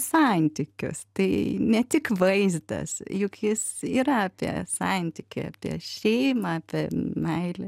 santykius tai ne tik vaizdas juk jis yra apie santykį apie šeimą apie meilę